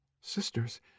Sisters